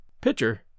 Pitcher